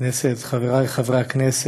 כנסת, חברי חברי הכנסת,